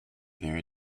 their